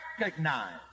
recognize